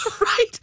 Right